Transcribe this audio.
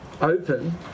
open